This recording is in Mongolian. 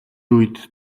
үед